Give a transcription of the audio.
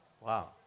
Wow